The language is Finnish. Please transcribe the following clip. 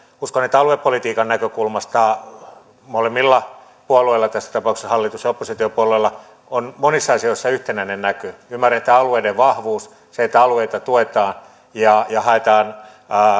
uskon että aluepolitiikan näkökulmasta molemmilla puolueilla tässä tapauksessa hallitus ja oppositiopuolueilla on monissa asioissa yhtenäinen näkemys ymmärretään alueiden vahvuus se että alueita tuetaan ja ja haetaan